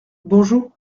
bonjou